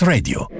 Radio